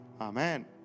Amen